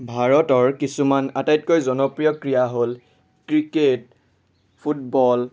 ভাৰতৰ কিছুমান আটাইতকৈ জনপ্ৰিয় ক্ৰীড়া হ'ল ক্ৰিকেট ফুটবল